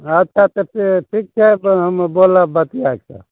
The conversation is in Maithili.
अच्छा ठीक छै तऽ हम बोलब बतिआके